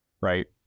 right